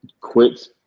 quit